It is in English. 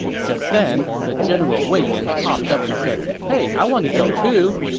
just then, the general wei yan popped up and said, hey i want to go, too!